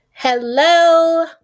hello